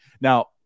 Now